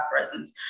presence